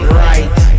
right